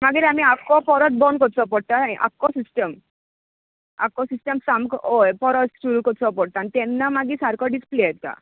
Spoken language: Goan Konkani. मागीर आमी आख्खो परत बोंद करचो पडटा आख्खो सिस्टम आक्को सिस्टम सोमको हय परत सुरू करचो पडटा आनी तेन्ना मागीर सारको डिस्पे येता